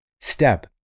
step